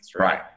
Right